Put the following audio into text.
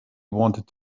wanted